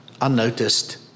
unnoticed